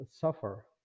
suffer